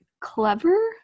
clever